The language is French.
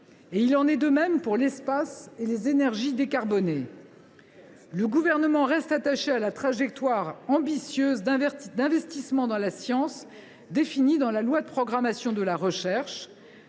Il en est de même pour l’espace ou les énergies décarbonées. « Le Gouvernement reste attaché à la trajectoire ambitieuse d’investissement dans la science définie dans la loi de programmation de la recherche.